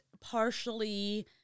partially